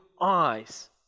eyes